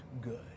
good